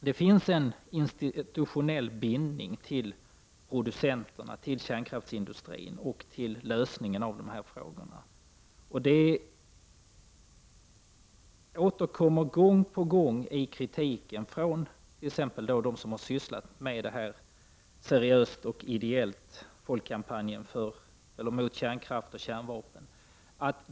Det finns en institutionell bindning till producenterna, till kärnkraftsindustrin, när det gäller lösningen av dessa frågor. Detta återkommer gång på gång i kritiken från dem som sysslat med detta seriöst och ideellt, folkkampanjen mot kärnkraft och kärnvapen.